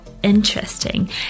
interesting